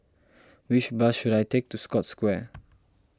which bus should I take to Scotts Square